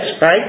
right